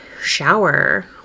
shower